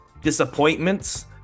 disappointments